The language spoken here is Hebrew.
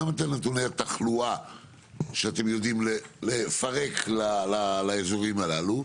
גם את נתוני התחלואה שאתם יודעים לפרק לאזורים האלה.